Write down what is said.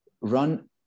run